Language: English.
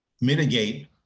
mitigate